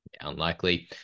unlikely